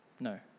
No